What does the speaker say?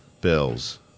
bills